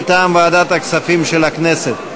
מטעם ועדת הכספים של הכנסת.